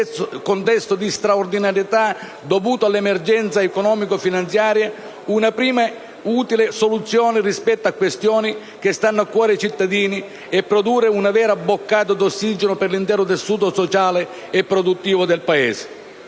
contesto di straordinarietà dovuto alla emergenza economico-finanziaria, una prima utile soluzione rispetto a questioni che stanno a cuore ai cittadini e produrre una vera boccata d'ossigeno per l'intero tessuto sociale e produttivo del Paese.